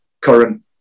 current